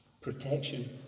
protection